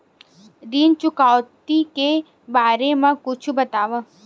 ऋण चुकौती के बारे मा कुछु बतावव?